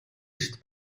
эрт